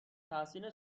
تحسین